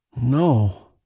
No